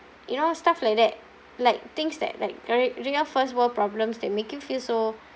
you know stuff like that like things that like real real first world problems that make you feel so